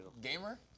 Gamer